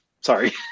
Sorry